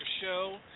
show